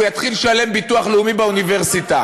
הוא יתחיל לשלם ביטוח לאומי באוניברסיטה.